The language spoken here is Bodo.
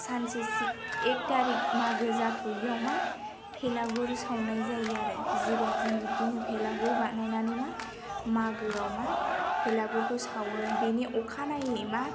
सानसे एक थारिक मागो जाथ'यैआव मा भेलागुर सावनाय जायो आरो जिगाबजों बिब्दिनो भेलागुर बानायनानै मा मागोआव मा भेलागुरखौ सावो बेनि अखानायै मा